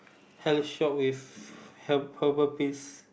health shop with herbal pills